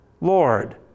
Lord